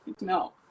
no